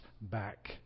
back